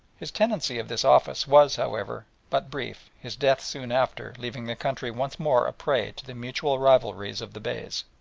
his tenancy of this office was, however, but brief, his death soon after, leaving the country once more a prey to the mutual rivalries of the beys.